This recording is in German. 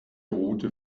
route